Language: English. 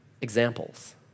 examples